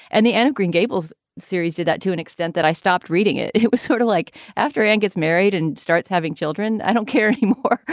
and the end of green gables series did that to an extent that i stopped reading it. it was sort of like after he and gets married and starts having children. i don't care anymore.